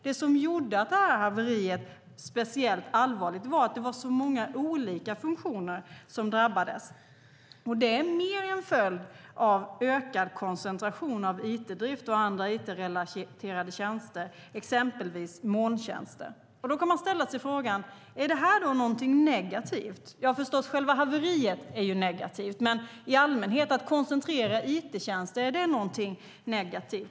Det som gjorde just detta haveri speciellt allvarligt var att det var så många olika funktioner som drabbades. Det är mer en följd av ökad koncentration av it-drift och andra it-relaterade tjänster, exempelvis molntjänster. Då kan man ställa sig frågan: Är detta något negativt? Själva haveriet är förstås negativt, men är det något negativt att koncentrera it-tjänster i allmänhet?